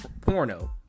porno